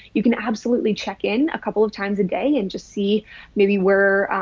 you can absolutely check in a couple of times a day and just see maybe where,